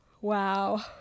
Wow